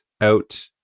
out